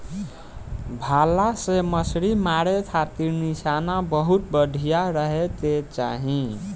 भला से मछली मारे खातिर निशाना बहुते बढ़िया रहे के चाही